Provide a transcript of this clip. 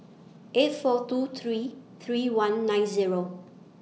eight four two three three one nine Zero